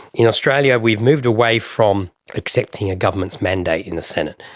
in australia we've moved away from accepting a government's mandate in the senate.